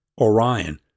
Orion